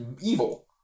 evil